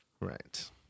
Right